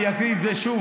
אני אקריא את זה שוב,